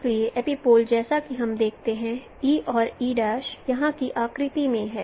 इसलिए एपिपोल जैसा कि हम देखते हैं और यहाँ की आकृति में है